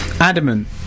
adamant